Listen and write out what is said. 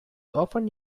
often